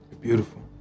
beautiful